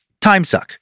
timesuck